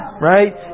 Right